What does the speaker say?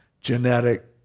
genetic